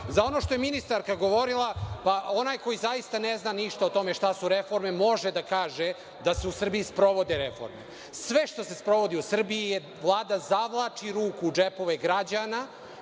ono što je ministarka govorila, pa onaj koji zaista ne zna ništa o tome šta su reforme, može da kaže da se u Srbiji sprovode reforme. Sve što se sprovodi u Srbiji je da Vlada zavlači ruku u džepove građana,